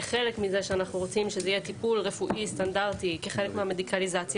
כחלק מזה שאנחנו רוצים שזה יהיה טיפול רפואי סטנדרטי כחלק מהמדיקליזציה,